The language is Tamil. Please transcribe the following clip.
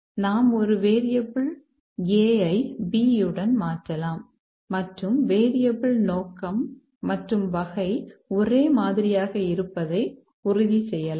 நாம் ஒரு வேரியபிள் a ஐ b உடன் மாற்றலாம் மற்றும் வேரியபிள் நோக்கம் மற்றும் வகை ஒரே மாதிரியாக இருப்பதை உறுதி செய்யலாம்